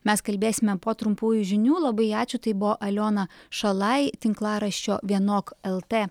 mes kalbėsime po trumpųjų žinių labai ačiū tai buvo aliona šalai tinklaraščio vienok lt